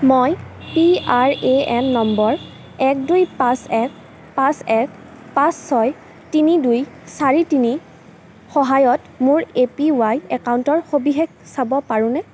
মই P R A N number এক দুই পাঁচ এক পাঁচ এক পাঁচ ছয় তিনি দুই চাৰি তিনিৰ সহায়ত মোৰ এপিৱাই একাউণ্টৰ সবিশেষ চাব পাৰোঁনে